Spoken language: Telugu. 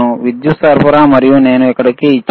విద్యుత్ సరఫరా మరియు నేను ఇక్కడకు ఇచ్చాను